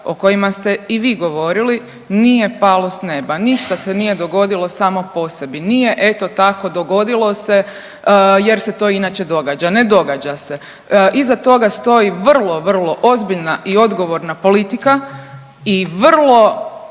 o kojima ste i vi govorili nije palo s neba. Ništa se nije dogodilo samo po sebi. Nije eto tako dogodilo se, jer se to inače događa. Ne događa se. Iza toga stoji vrlo, vrlo ozbiljna i odgovorna politika i vrlo